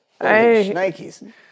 Nikes